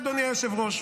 אדוני היושב-ראש,